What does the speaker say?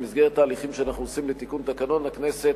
במסגרת תהליכים שאנחנו עושים לתיקון תקנון הכנסת,